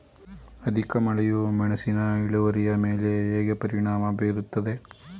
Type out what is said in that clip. ಅಧಿಕ ಮಳೆಯು ಮೆಣಸಿನ ಇಳುವರಿಯ ಮೇಲೆ ಹೇಗೆ ಪರಿಣಾಮ ಬೀರುತ್ತದೆ?